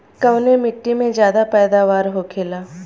कवने मिट्टी में ज्यादा पैदावार होखेला?